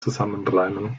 zusammenreimen